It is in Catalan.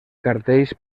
cartells